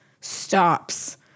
stops